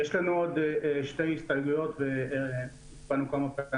יש לנו עוד שתי הסתייגויות, במשרד